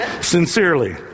Sincerely